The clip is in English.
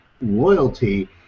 loyalty